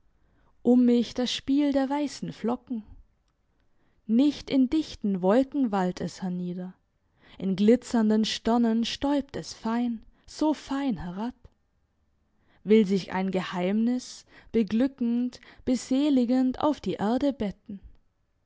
um mich das spiel der weissen flocken nicht in dichten wolken wallt es hernieder in glitzernden sternen stäubt es fein so fein herab will sich ein geheimnis beglückend beseligend auf die erde betten